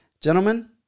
gentlemen